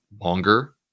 longer